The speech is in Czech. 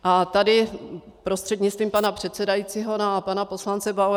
A tady prostřednictvím pana předsedajícího na pana poslance Bauera.